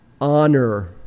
honor